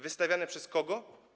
Wystawiane przez kogo?